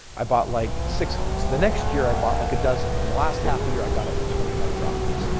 i bought like six homes. the next year, i bought like a dozen. and the last half a year i got up to twenty five properties.